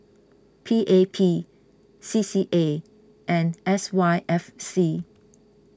P A P C C A and S Y F C